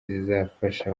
zizafasha